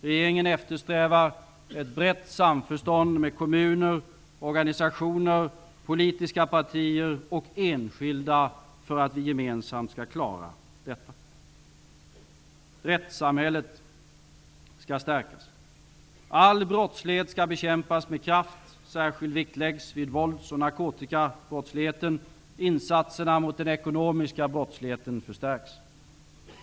Regeringen eftersträvar ett brett samförstånd med kommuner, organisationer, politiska partier och enskilda för att vi gemensamt skall klara denna. Rättssamhället skall stärkas. All brottslighet skall bekämpas med kraft. Särskild vikt läggs vid vålds och narkotikabrottsligheten. Insatserna mot den ekonomiska brottsligheten förstärks.